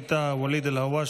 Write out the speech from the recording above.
ווליד טאהא,